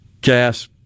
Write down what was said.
gas